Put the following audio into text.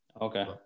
Okay